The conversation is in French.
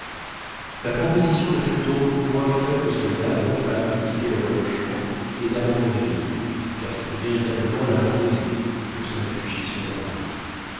la proposition ne fut donc point faite aux soldats et aux femmes de quitter leur logement et d'abandonner l'île car c'était véritablement l'abandonner que se réfugier sur le radeau